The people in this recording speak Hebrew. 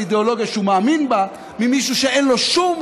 אידיאולוגיה שהוא מאמין בה לעומת מישהו שאין לו שום